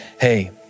hey